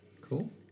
Cool